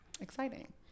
exciting